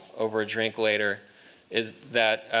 over a drink later is that